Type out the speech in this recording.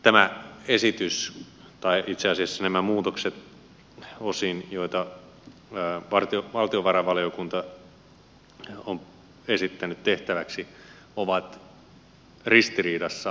tämä esitys tai itse asiassa nämä muutokset joita valtiovarainvaliokunta on esittänyt tehtäväksi ovat osin ristiriidassa hallitusohjelman kanssa